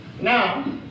Now